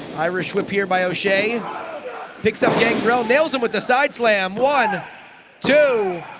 irish whip here by oshea picks up gangrel nails him with a side slam, one two